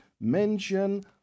mention